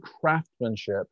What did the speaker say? craftsmanship